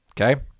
okay